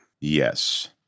yes